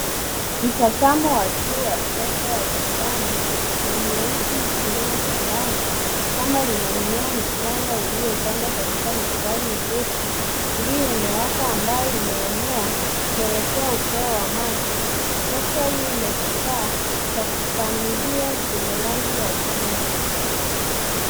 Mtazamo wa juu wa tractor ya kijani na nyeusi ikilima shambani. Shamba linamea michanga iliyopandwa katika mistari mirefu, iliyo nyooka ambayo imeenea, kuelekea upeo wa macho. Tractor hii inakifaa cha kupandia chenye rangi ya chungwa